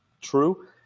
true